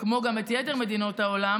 כמו גם את יתר מדינות העולם,